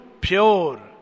pure